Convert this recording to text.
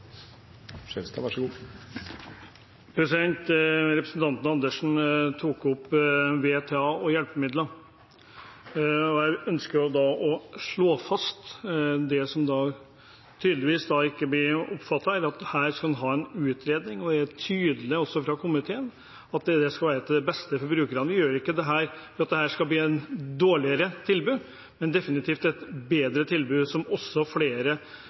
Representanten Andersen tok opp VTA og hjelpemidlene. Jeg ønsker å slå fast det som tydeligvis ikke ble oppfattet, at her skal det komme en utredning. Det er også tydelig fra komiteen at det skal være til det beste for brukerne. Vi gjør ikke dette for at det skal bli et dårligere tilbud, men definitivt et bedre tilbud, som flere